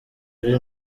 ari